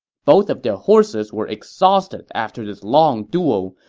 both of their horses were exhausted after this long duel,